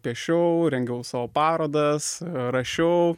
piešiau rengiau savo parodas rašiau